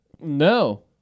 No